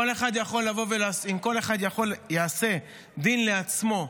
אם כל אחד יעשה דין לעצמו,